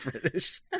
british